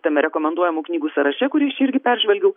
tame rekomenduojamų knygų sąraše kurį aš čia irgi peržvelgiau